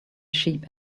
sheep